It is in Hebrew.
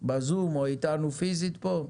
בזום או איתנו פיזית פה?